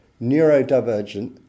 neurodivergent